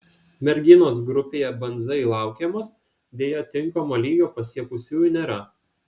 merginos grupėje banzai laukiamos deja tinkamo lygio pasiekusiųjų nėra